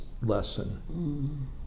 lesson